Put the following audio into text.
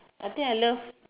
I think I love